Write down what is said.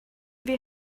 wir